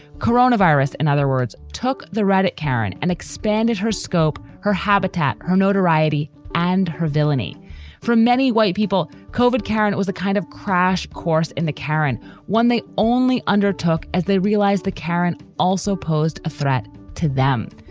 coronavirus and other words took the redit karen and expanded her scope, her habitat, her notoriety and her villainy from many white people covered. karen was the kind of crash course in the karen one. they only undertook as they realized the karen also posed a threat to them.